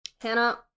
hannah